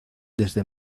desde